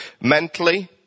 mentally